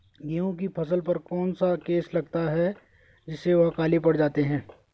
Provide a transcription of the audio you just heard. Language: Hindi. गेहूँ की फसल पर कौन सा केस लगता है जिससे वह काले पड़ जाते हैं?